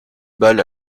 balle